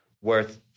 worth